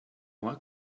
lot